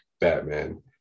Batman